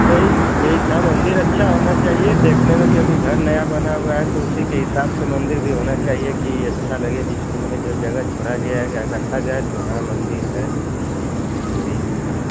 यही यही था मंदिर अच्छा होना चाहिए देखने में क्योंकि घर नया बना हुवा है तो उसी के हिसाब से मंदिर भी होना चाहिए कि अच्छा लगे जिस रूम में जो जगह छोड़ा गया है जहाँ रखा जाए तो हाँ मंदिर है यही चीज़ है